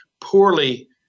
poorly